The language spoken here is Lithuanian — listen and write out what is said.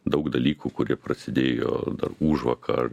daug dalykų kurie prasidėjo dar užvakar